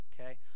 okay